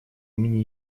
имени